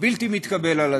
בלתי מתקבל על הדעת.